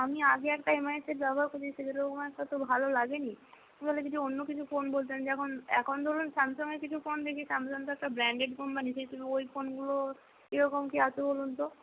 আমি আগে একটা এমআই এর সেট ব্যবহার করেছি সেরকম একটা তো ভালো লাগে নি কি বলে যদি অন্য কিছু ফোন বলতেন যেমন এখন ধরুন স্যামসং এর কিছু ফোন দেখি স্যামসং তো একটা ব্র্যান্ডেড কোম্পানি সেই তুলনায় ওই ফোনগুলো কীরকম কী আছে বলুন তো